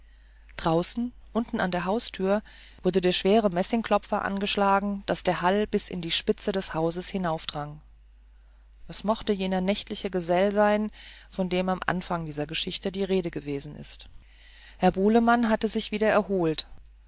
draußen unten an der haustür wurde der schwarze messingklopfer angeschlagen daß der hall bis in die spitze des hauses hinaufdrang es mochte jener nächtliche geselle sein von dem im anfang dieser geschichte die rede gewesen ist herr bulemann hatte sich wieder erholt